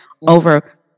over